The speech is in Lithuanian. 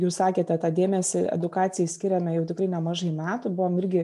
jūs sakėte tą dėmesį edukacijai skiriame jau tikrai nemažai metų buvom irgi